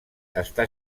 està